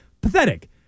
pathetic